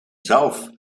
zelf